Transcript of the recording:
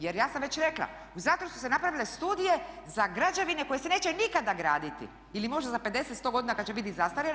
Jer ja sam već rekla u zatvoru su se napravile studije za građevine koje se neće nikada graditi ili možda za 50, 100 godina kad će biti zastarjele.